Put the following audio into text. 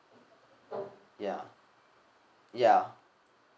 ya ya